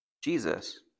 Jesus